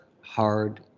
hard